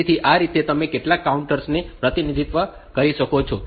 તેથી આ રીતે તમે કેટલાક કાઉન્ટર્સનું પ્રતિનિધિત્વ કરી શકો છો